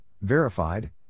verified